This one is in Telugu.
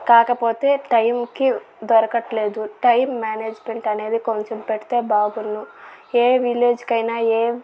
కాకపోతే టైం కి దొరకట్లేదు టైం మేనేజ్మెంట్ అనేది కొంచెం పెడితే బాగున్ను ఏ విలేజ్ కి అయినా ఏ